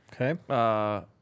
Okay